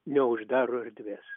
neuždaro erdvės